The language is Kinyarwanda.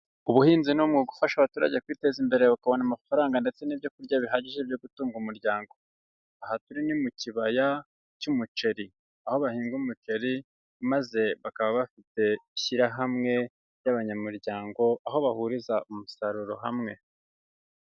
Ubuhinzi no mu gufasha abaturage kwiteza imbere bakabona amafaranga ndetse n'ibyo kurya bihagije byo gutunga umuryango, aha turi ni mu kibaya cy'umuceri, aho bahinga umuceri maze bakaba bafite ishyirahamwe ry'abanyamuryango, aho bahuriza umusaruro hamwe.